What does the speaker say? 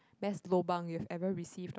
best lobang you've ever received or